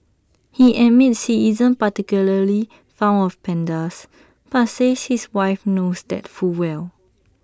he admits he isn't particularly fond of pandas but says his wife knows that full well